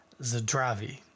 zdravi